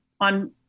on